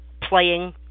playing